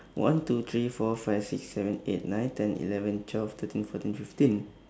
one two three four five six seven eight nine ten eleven twelve thirteen fourteen fifteen